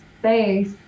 space